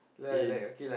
eh